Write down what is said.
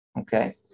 Okay